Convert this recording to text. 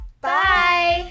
Bye